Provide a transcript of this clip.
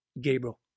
Gabriel